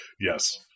Yes